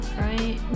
Right